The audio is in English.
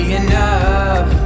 enough